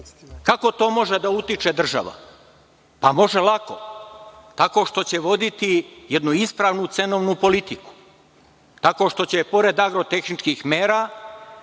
to može da utiče država? Može lako, tako što će voditi jednu ispravnu cenovnu politiku, tako što će pored agrotehničkih mera